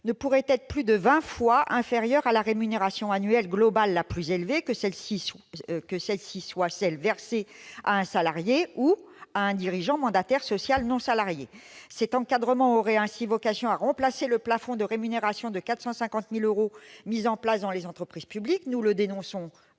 ne pourrait être plus de vingt fois inférieur à la rémunération annuelle globale la plus élevée, que celle-ci soit celle versée à un salarié ou à un dirigeant mandataire social non salarié. Cet encadrement aurait ainsi vocation à remplacer le plafond de rémunération de 450 000 euros mis en place dans les entreprises publiques. Nous répétons